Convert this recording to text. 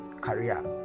career